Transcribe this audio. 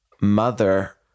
Mother